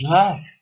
Yes